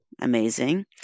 amazing